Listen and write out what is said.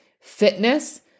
fitness